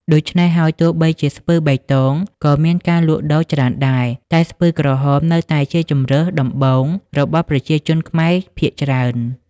ដូច្នេះហើយ ទោះបីជាស្ពឺបៃតងក៏មានការលក់ដូរច្រើនដែរ តែស្ពឺក្រហមនៅតែជាជម្រើសដំបូងរបស់ប្រជាជនខ្មែរភាគច្រើន។